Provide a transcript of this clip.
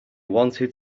wanted